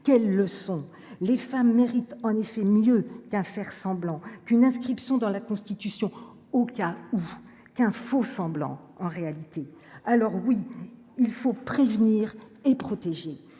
quelle leçon les femmes méritent en effet mieux qu'à faire semblant qu'une inscription dans la Constitution, au cas où qu'un faux-semblant, en réalité, alors oui il faut prévenir et protéger,